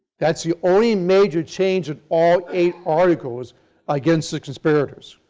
that is the only major change in all eight articles against the conspirators.